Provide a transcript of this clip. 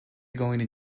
going